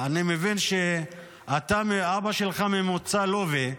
אני מבין שאבא שלך ממוצא לובי,